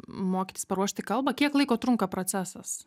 mokytis paruošti kalbą kiek laiko trunka procesas